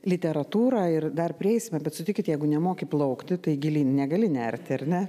literatūrą ir dar prieisime bet sutikit jeigu nemoki plaukti tai gilyn negali nerti ar ne